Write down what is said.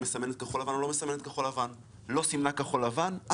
מסמנת כחול לבן או לא מסמנת כחול לבן.